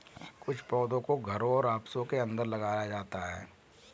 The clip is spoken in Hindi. कुछ पौधों को घरों और ऑफिसों के अंदर लगाया जाता है